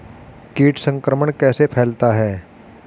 कीट संक्रमण कैसे फैलता है?